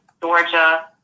Georgia